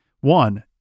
One